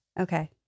Okay